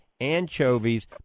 anchovies